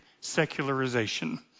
secularization